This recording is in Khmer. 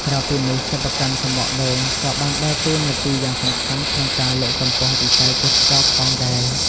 ក្រៅពីនេះ សិប្បកម្មសំបកដូងក៏បានដើរតួនាទីយ៉ាងសំខាន់ក្នុងការលើកកម្ពស់វិស័យទេសចរណ៍ផងដែរ។